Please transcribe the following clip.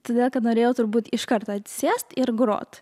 todėl kad norėjau turbūt iškart atsisėst ir grot